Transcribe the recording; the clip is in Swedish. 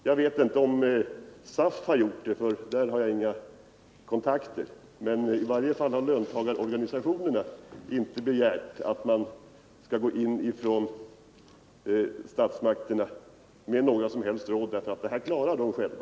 Jag vet inte om SAF har gjort det — där har jag inga kontakter - men i varje fall har löntagarorganisationerna inte begärt att statsmakterna skall gå in med något sådant råd, eftersom de klarar dessa saker själva.